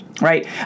Right